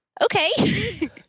okay